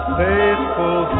faithful